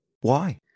Why